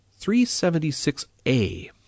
376A